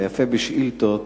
היפה בשאילתות,